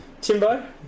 Timbo